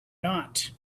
not